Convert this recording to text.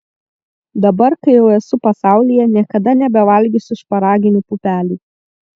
dabar kai jau esu pasaulyje niekada nebevalgysiu šparaginių pupelių